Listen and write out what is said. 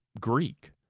Greek